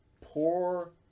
poor